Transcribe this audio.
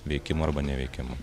veikimu arba neveikimu